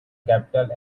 capital